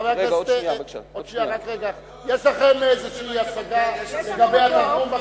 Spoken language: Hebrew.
יש לכם איזו השגה לגבי התרגום?